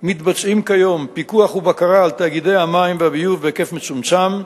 מתבצעים כיום פיקוח ובקרה על תאגידי המים והביוב בהיקף מצומצם,